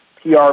PR